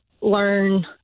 learn